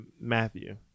Matthew